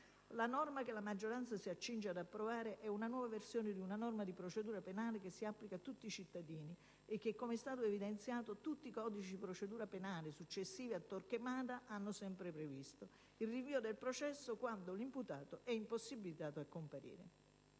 La norma che la maggioranza si accinge ad approvare è una nuova versione di una norma di procedura penale che si applica a tutti i cittadini e che, come è stato giustamente evidenziato, tutti i codici di procedura penale successivi a Torquemada hanno sempre previsto: il rinvio del processo quando l'imputato è impossibilitato a comparire